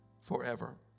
forever